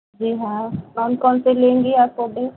जी हाँ कौन कौन सी लेंगी आप पौधे